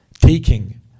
taking